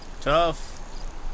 Tough